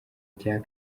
cya